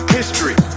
history